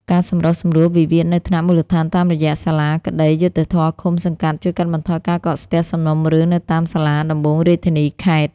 ការសម្រុះសម្រួលវិវាទនៅថ្នាក់មូលដ្ឋានតាមរយៈសាលាក្ដីយុត្តិធម៌ឃុំ-សង្កាត់ ជួយកាត់បន្ថយការកកស្ទះសំណុំរឿងនៅតាមសាលាដំបូងរាជធានី-ខេត្ត។